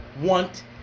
want